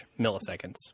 milliseconds